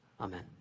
Amen